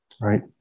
right